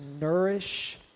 nourish